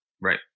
Right